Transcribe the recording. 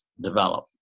develop